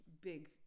big